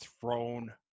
thrown